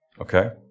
Okay